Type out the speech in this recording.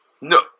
no